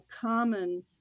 common